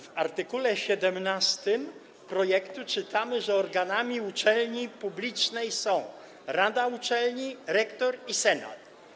W art. 17 projektu czytamy, że organami uczelni publicznej są: rada uczelni, rektor i senat.